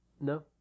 No